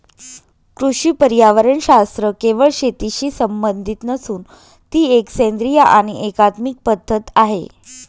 कृषी पर्यावरणशास्त्र केवळ शेतीशी संबंधित नसून ती एक सेंद्रिय आणि एकात्मिक पद्धत आहे